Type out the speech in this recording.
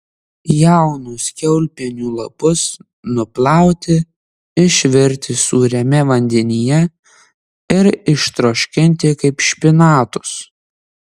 jaunus kiaulpienių lapus nuplauti išvirti sūriame vandenyje ir ištroškinti kaip špinatus